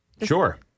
Sure